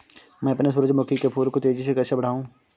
मैं अपने सूरजमुखी के फूल को तेजी से कैसे बढाऊं?